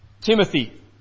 Timothy